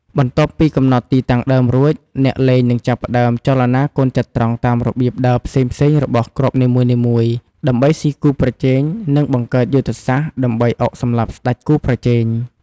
បន្ទាប់ពីកំណត់ទីតាំងដើមរួច អ្នកលេងនឹងចាប់ផ្តើមចលនាកូនចត្រង្គតាមរបៀបដើរផ្សេងៗរបស់គ្រាប់នីមួយៗ ដើម្បីស៊ីគូប្រជែង និងបង្កើតយុទ្ធសាស្ត្រដើម្បីអុកសម្លាប់ស្ដេចគូប្រជែង។